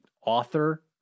author